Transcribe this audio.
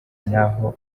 n’aho